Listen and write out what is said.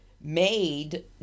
made